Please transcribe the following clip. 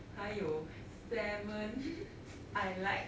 还有 salmon I like